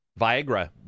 Viagra